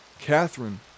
Catherine